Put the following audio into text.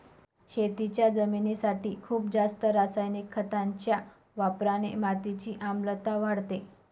शेतीच्या जमिनीसाठी खूप जास्त रासायनिक खतांच्या वापराने मातीची आम्लता वाढते